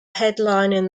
headlining